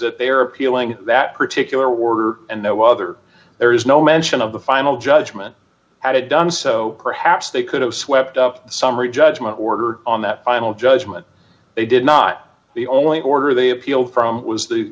that they are appealing that particular order and no other there is no mention of the final judgment had it done so perhaps they could have swept up the summary judgment order on that final judgment they did not the only order they appeal from was the